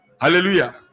Hallelujah